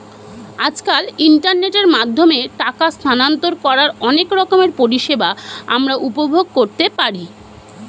আজকাল ইন্টারনেটের মাধ্যমে টাকা স্থানান্তর করার অনেক রকমের পরিষেবা আমরা উপভোগ করতে পারি